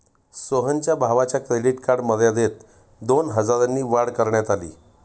सोहनच्या भावाच्या credit card मर्यादेत दोन हजारांनी वाढ करण्यात आली